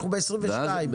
אנחנו ב-2022,